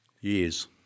Years